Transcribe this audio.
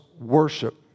worship